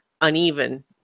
uneven